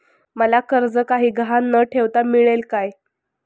मला कर्ज काही गहाण न ठेवता मिळेल काय?